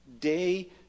day